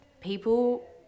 people